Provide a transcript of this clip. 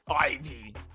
Ivy